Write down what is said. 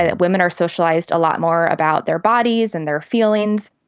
ah women are socialized a lot more about their bodies and their feelings.